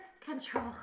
control